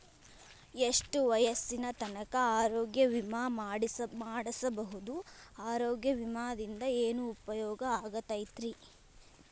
ಎಷ್ಟ ವಯಸ್ಸಿನ ತನಕ ಆರೋಗ್ಯ ವಿಮಾ ಮಾಡಸಬಹುದು ಆರೋಗ್ಯ ವಿಮಾದಿಂದ ಏನು ಉಪಯೋಗ ಆಗತೈತ್ರಿ?